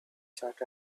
charred